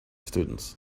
students